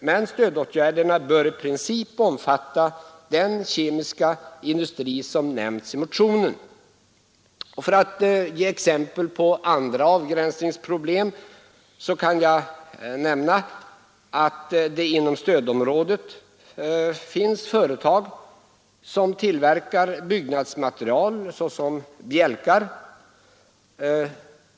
Men stödåtgärderna bör i princip omfatta den kemiska industri som nämnts i motionen. För att ge exempel på andra avgränsningsproblem kan jag nämna att det inom stödområdet finns företag som tillverkar byggnadsmaterial, t.ex. bjälkar.